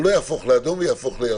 שהוא לא יהפוך לאדום, שהוא יהפוך לירוק.